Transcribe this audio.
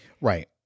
Right